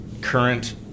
current